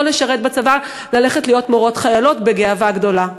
לשרת בצבא ללכת להיות מורות חיילות בגאווה גדולה.